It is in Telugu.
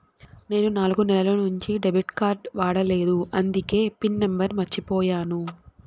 నేను నాలుగు నెలల నుంచి డెబిట్ కార్డ్ వాడలేదు అందికే పిన్ నెంబర్ మర్చిపోయాను